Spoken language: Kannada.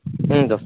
ಹ್ಞೂ ದೋಸ್ತ